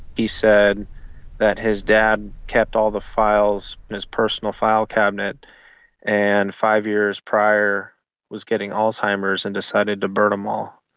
he said that his dad kept all the files in his personal file cabinet and five years prior was getting alzheimer's and decided to burn them um all.